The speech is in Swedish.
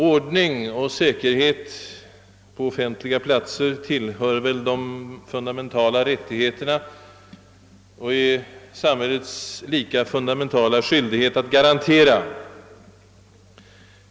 Ordning och säkerhet på offentliga platser tillhör väl de fundamentala rättigheterna, som det är samhällets lika fundamentala skyldighet att garantera.